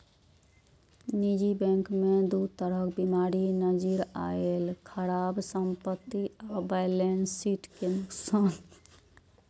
निजी बैंक मे दू तरह बीमारी नजरि अयलै, खराब संपत्ति आ बैलेंस शीट के नुकसान